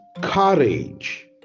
courage